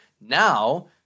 now